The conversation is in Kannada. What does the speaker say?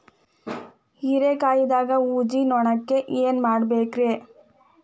ಹೇರಿಕಾಯಾಗ ಊಜಿ ನೋಣಕ್ಕ ಏನ್ ಮಾಡಬೇಕ್ರೇ?